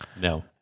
no